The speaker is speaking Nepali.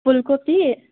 फुलकोपी